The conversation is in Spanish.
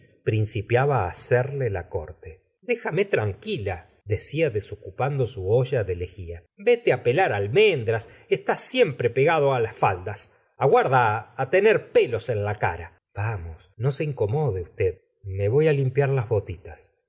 principiaba á hacerle la corte déjame tranquila decía desocupando su olla de lejía vete á pelar almendras estás siempre pegado á las faldas aguarda á tener pelos en la cara vamos no se incomode usted me voy á lim piar las botitas